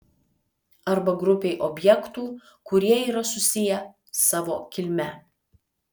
arba grupei objektų kurie yra susiję savo kilme